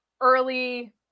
early